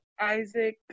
Isaac